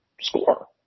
score